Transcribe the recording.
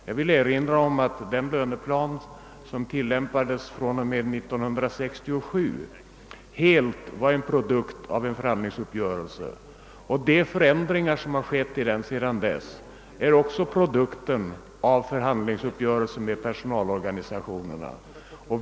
Jag vill erinra om att den löneplan som tillämpades fr.o.m. 1967 helt var en produkt av en förhandlingsuppgörelse, och de förändringar som skett sedan dess är också ett resultat av förhandlingsuppgörelser med personalorganisationerna.